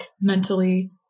mentally